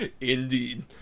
Indeed